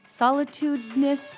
solitudeness